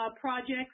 projects